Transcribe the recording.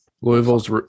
Louisville's